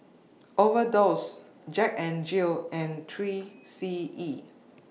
Overdose Jack N Jill and three C E